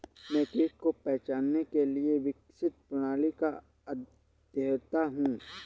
मैं कीट को पहचानने के लिए विकसित प्रणाली का अध्येता हूँ